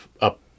up